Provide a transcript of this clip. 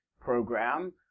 program